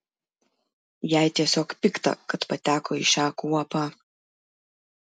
jai tiesiog pikta kad pateko į šią kuopą